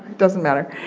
doesn't matter.